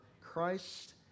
Christ